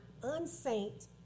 unsaint